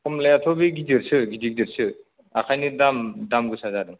कमलायाथ' बे गिदिरसो गिदिर गिदिरसो ओंखायनो दाम दाम गोसा जादों